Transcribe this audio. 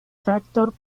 tractor